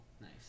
Nice